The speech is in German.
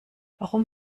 warum